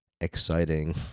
exciting